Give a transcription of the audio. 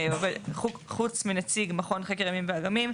חוץ מנציג מכון לחקר הימים והאגמים,